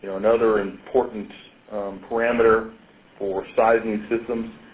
another important parameter for sizing systems.